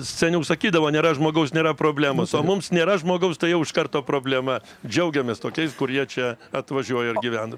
seniau sakydavo nėra žmogaus nėra problemos o mums nėra žmogaus tai jau iš karto problema džiaugiamės tokiais kurie čia atvažiuoja ir gyvena